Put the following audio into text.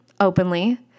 openly